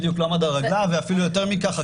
ואפילו יותר מכך,